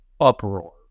uproar